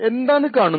എന്താണ് കാണുന്നത്